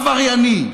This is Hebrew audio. עברייני.